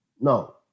No